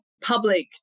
public